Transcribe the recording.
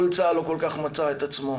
כל צה"ל לא כל כך מצא את עצמו,